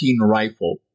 rifle